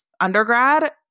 undergrad